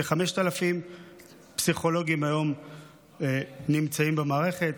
כ-5,000 פסיכולוגים נמצאים היום במערכת,